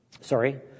sorry